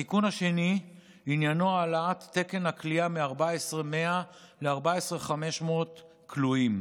עניינו של התיקון השני הוא העלאת תקן הכליאה מ-14,100 ל-14,500 כלואים.